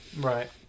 Right